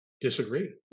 disagree